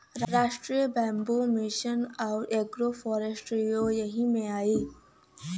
राष्ट्रीय bamboo mission आउर agro फ़ोरेस्ट्रीओ यही में आई